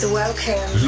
welcome